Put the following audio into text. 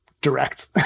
direct